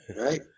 right